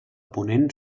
ponent